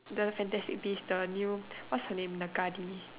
the fantastic beast the new what's her name the Nagini